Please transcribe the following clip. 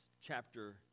chapter